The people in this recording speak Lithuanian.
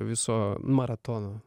viso maratono